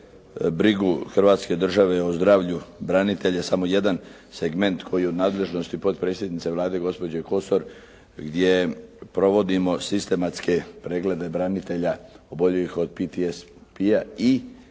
brigu hrvatske države o zdravlju branitelja, samo jedan segment koji je u nadležnosti potpredsjednice Vlade gospođe Kosor gdje provodimo sistematske preglede branitelja oboljivih od PTSP-a i